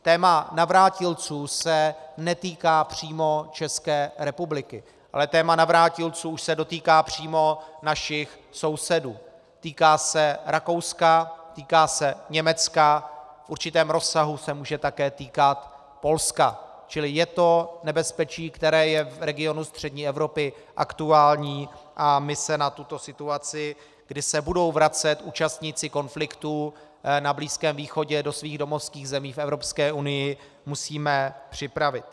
Téma navrátilců se netýká přímo České republiky, ale téma navrátilců už se dotýká přímo našich sousedů, týká se Rakouska, týká se Německa, v určitém rozsahu se může také týkat Polska, čili je to nebezpečí, které je v regionu střední Evropy aktuální, a my se na tuto situaci, kdy se budou vracet účastníci konfliktů na Blízkém východě do svých domovských zemí v Evropské unii, musíme připravit.